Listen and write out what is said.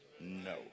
No